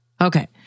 Okay